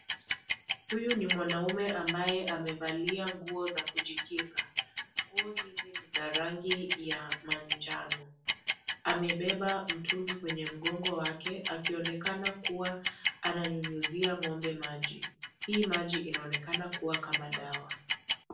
Huyu ni mwanaume ambaye amevalia nguo za kujikinga. Nguo hizi za rangi ya manjano amebeba mtungi kwenye mgongo wake akionekana kuwa ananyunyizia ngombe maji hii maji inaonekana kuwa kama dawa.